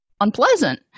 unpleasant